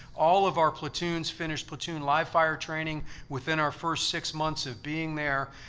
all of our platoons finished platoon live-fire training within our first six months of being there.